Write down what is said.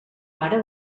pare